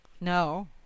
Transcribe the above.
No